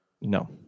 No